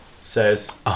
says